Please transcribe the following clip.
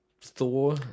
Thor